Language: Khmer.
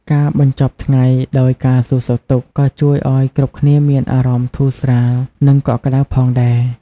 ការបញ្ចប់ថ្ងៃដោយការសួរសុខទុក្ខ ក៏ជួយឲ្យគ្រប់គ្នាមានអារម្មណ៍ធូរស្រាល និងកក់ក្ដៅផងដែរ។